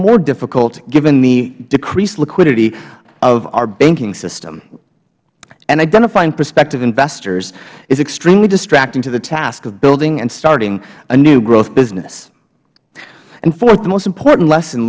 more difficult given the decreased liquidity of our banking system and identifying prospective investors is extremely distracting to the task of building and starting a new growth business and fourth the most important lesson